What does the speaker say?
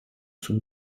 zum